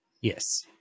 Yes